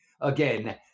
Again